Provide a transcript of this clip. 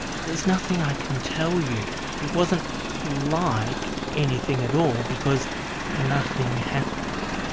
there's nothing i can tell you. it wasn't like anything at all, because nothing happened.